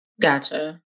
gotcha